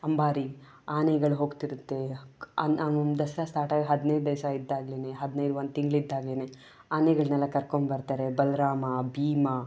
ಅಂಬಾರಿ ಆನೆಗಳು ಹೋಗ್ತಿರುತ್ತೆ ದಸರಾ ಸ್ಟಾರ್ಟ್ ಆಗಿ ಹದಿನೈದು ದಿವಸ ಇದ್ದಾಗಲೇನೆ ಹದಿನೈದು ಒಂದು ತಿಂಗ್ಳು ಇದ್ದಾಗಲೇನೆ ಆನೆಗಳನ್ನೆಲ್ಲ ಕರ್ಕೊಂಡ್ಬರ್ತಾರೆ ಬಲರಾಮ ಭೀಮ